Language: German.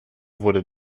wurde